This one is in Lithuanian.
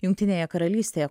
jungtinėje karalystėje